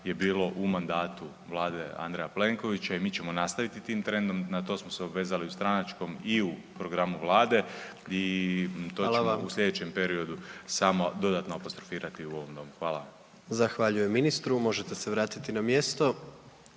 je bilo u mandatu vlade Andreja Plenkovića i mi ćemo nastavit tim trendom. Na to smo se obvezali u stranačkom i u programu vlade i to ćemo u slijedećem periodu samo dodatno apostrofirati u ovom domu. Hvala vam. **Jandroković, Gordan (HDZ)** Zahvaljujem ministru, možete se vratiti na mjesto.